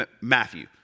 Matthew